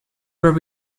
where